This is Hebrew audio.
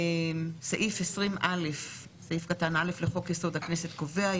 סעיף 20א(א) לחוק-יסוד: הכנסת קובע: